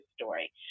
story